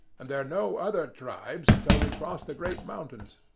and there are no other tribes until we cross the great mountains.